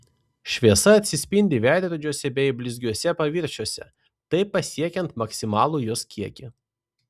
šviesa atsispindi veidrodžiuose bei blizgiuose paviršiuose taip pasiekiant maksimalų jos kiekį